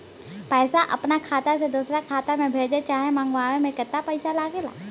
पैसा अपना खाता से दोसरा खाता मे भेजे चाहे मंगवावे में केतना पैसा लागेला?